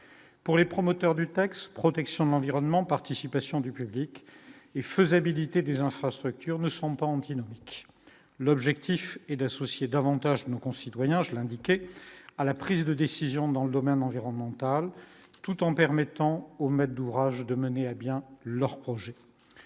pour les promoteurs du texte protection de l'environnement, participation du public et faisabilité des infrastructures ne sont pas antinomiques, l'objectif est d'associer davantage nos concitoyens, j'ai indiqué à la prise de décisions dans le domaine environnemental tout en permettant au maître d'ouvrage de mener à bien leur projet,